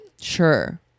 sure